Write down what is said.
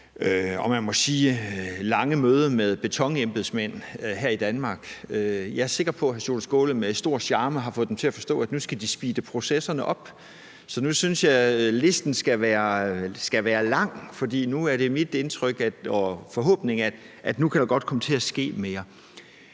charme på sit lange møde med betonembedsmænd her i Danmark har fået dem til at forstå, at nu skal de speede processerne op. Så nu synes jeg, at listen skal være lang, for det er mit indtryk og min forhåbning, at der godt kan komme til at ske mere.